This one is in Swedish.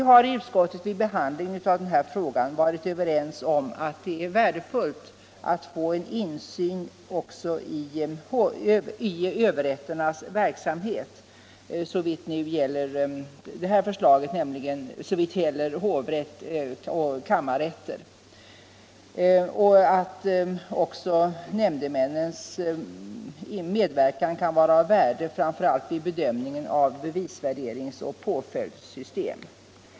Vid behandlingen av denna fråga i utskottet har vi varit överens om att det är värdefullt att få en insyn också i överrätternas verksamhet såvitt nu gäller hovrätt och kammarrätt och att också nämndemännens medverkan kan vara av värde, framför allt vid bedömningen av bevisvärderingsoch påföljdssystem.